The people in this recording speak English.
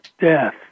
death